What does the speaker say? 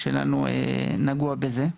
שלנו נגוע בזה.